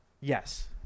yes